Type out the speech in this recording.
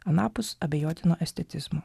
anapus abejotino estetizmo